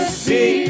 see